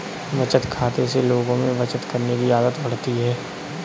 बचत खाते से लोगों में बचत करने की आदत बढ़ती है